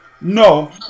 No